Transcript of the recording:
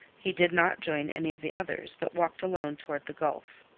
he did not join any of the others, but walked alone toward the gulf.